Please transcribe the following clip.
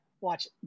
watch